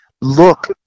look